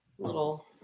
little